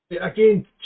Again